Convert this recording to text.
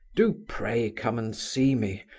do pray come and see me!